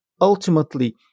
ultimately